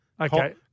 Okay